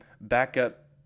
backup